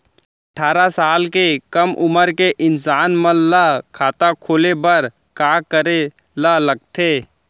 अट्ठारह साल से कम उमर के इंसान मन ला खाता खोले बर का करे ला लगथे?